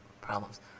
problems